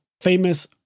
famous